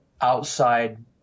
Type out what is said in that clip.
outside